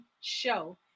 show